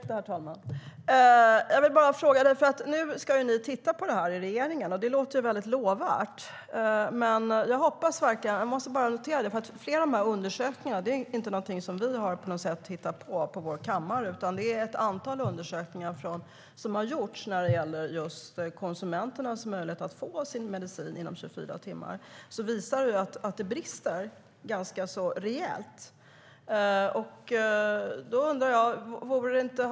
Herr talman! Det är inte ofta som jag replikerar på dig, Lennart Axelsson. Nu ska regeringen titta på det här, och det låter lovvärt. Men flera undersökningar som har gjorts - det här är inte något som vi har hittat på på vår kammare - när det gäller just konsumenternas möjlighet att få sin medicin inom 24-timmar visar att det brister ganska så rejält.